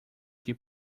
que